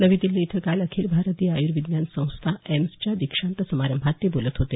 नवी दिल्ली इथं काल अखिल भारतीय आयर्विज्ञान संस्था एम्सच्या दीक्षांत समारंभात ते बोलत होते